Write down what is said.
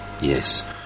Yes